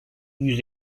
yüz